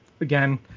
Again